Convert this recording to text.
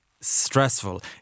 stressful